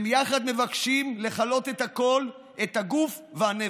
והם יחד מבקשים לכלות את הכול, את הגוף והנפש.